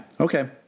Okay